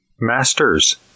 Masters